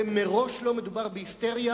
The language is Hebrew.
ומראש לא מדובר בהיסטריה,